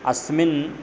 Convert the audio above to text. अस्मिन्